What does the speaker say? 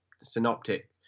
synoptic